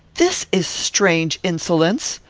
this is strange insolence!